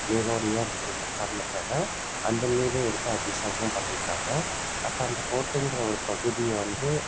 நீரோடையாக இருந்தது காரணத்துனால் அந்த நீரை எடுத்து அபிஷேகம் பண்ணிருக்காங்க அப்போ அந்த கோட்டைங்கிற ஒரு பகுதியை வந்து